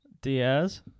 Diaz